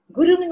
Guru